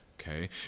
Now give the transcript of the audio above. okay